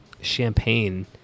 champagne